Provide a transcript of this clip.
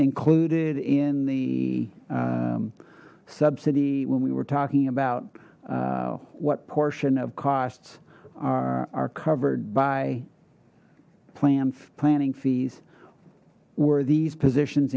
included in the subsidy when we were talking about what portion of costs are covered by plans planning fees were these positions